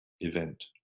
event